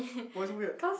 why so weird